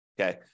Okay